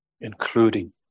including